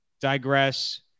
digress